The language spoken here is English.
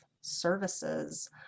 services